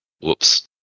whoops